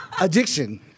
addiction